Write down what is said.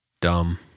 Dumb